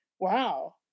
wow